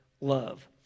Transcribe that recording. love